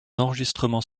enregistrements